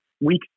Week